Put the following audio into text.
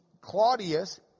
Claudius